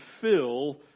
fill